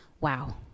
Wow